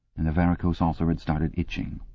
and the varicose ulcer had started itching.